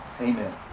Amen